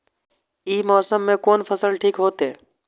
ई मौसम में कोन फसल ठीक होते?